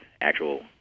actual